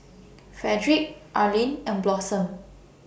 Fredrick Arlin and Blossom